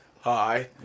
Hi